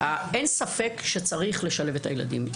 אין ספק שצריך לשלב את הילדים.